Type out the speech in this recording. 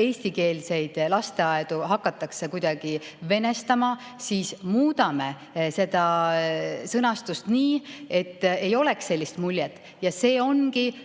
eestikeelseid lasteaedu hakatakse kuidagi venestama, siis muudame seda sõnastust nii, et ei oleks sellist muljet. Kui eelnõu